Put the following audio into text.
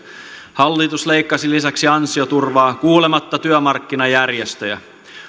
hallitus leikkasi lisäksi ansioturvaa kuulematta työmarkkinajärjestöjä